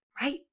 Right